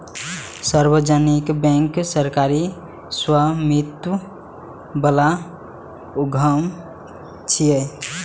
सार्वजनिक बैंक सरकारी स्वामित्व बला उद्यम छियै